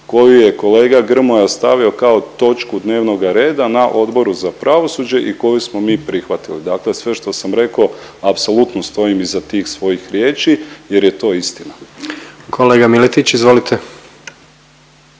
koju je kolega Grmoja stavio kao točku dnevnoga reda na Odboru za pravosuđe i koju smo mi prihvatili. Dakle, sve što sam rekao apsolutno stojim iza tih svojih riječi jer je to istina. **Jandroković, Gordan